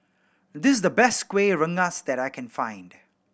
this is the best Kueh Rengas that I can find